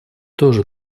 тоже